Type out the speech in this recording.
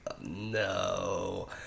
no